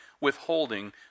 withholding